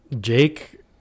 Jake